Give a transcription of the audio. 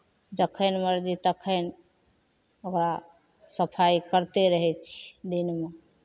जखन मरजी तखन ओकरा सफाइ करिते रहै छी दिनमे